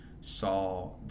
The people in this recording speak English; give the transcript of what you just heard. saw